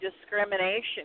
discrimination